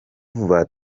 vuba